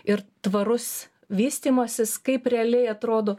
ir tvarus vystymasis kaip realiai atrodo